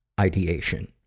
ideation